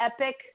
epic